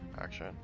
action